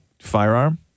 firearm